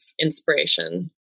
inspiration